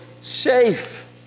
safe